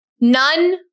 none